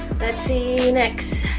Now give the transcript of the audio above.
let's see next!